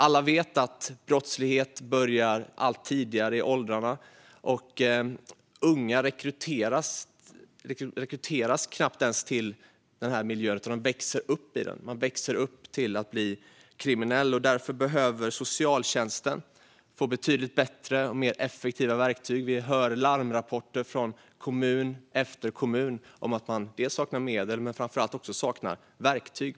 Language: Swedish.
Alla vet att brottslighet börjar allt tidigare i åldrarna. Unga rekryteras knappt till den miljön, utan de växer upp i den. De växer upp till att bli kriminella. Därför behöver socialtjänsten få betydligt bättre och mer effektiva verktyg. Vi hör larmrapporter från kommun efter kommun om att man saknar medel men framför allt verktyg.